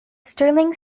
sterling